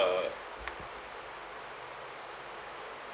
uh